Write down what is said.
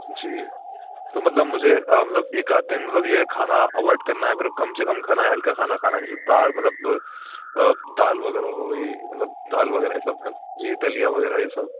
جی تو مطلب مجھے مطلب ایک آدھا دِن مطلب یہ کھانا اوائڈ کرنا ہے پھر کم سے کم کھانا ہے ہلکا کھانا کھانا ہے جیسے دال مطلب دال وغیرہ ہو گئی مطلب دال وغیرہ یہ سب یہ دلیہ وغیرہ یہ سب